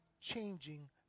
changing